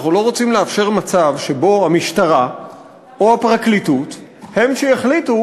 אנחנו לא רוצים לאפשר מצב שבו המשטרה או הפרקליטות הן שיחליטו